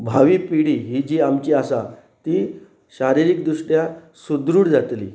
भावी पिढडी ही जी आमची आसा ती शारिरीक दृश्ट्या सुदृढ जातली